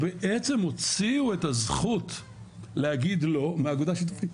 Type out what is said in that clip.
בעצם הוציאו את הזכות להגיד לא מאגודה שיתופית.